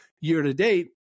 year-to-date